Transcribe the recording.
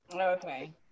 Okay